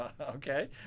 Okay